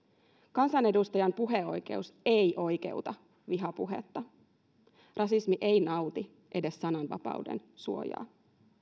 kansanedustajan puheoikeus ei oikeuta vihapuhetta rasismi ei nauti edes sananvapauden suojaa